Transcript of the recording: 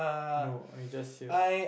no I just hear